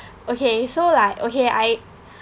okay so like okay I